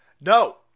No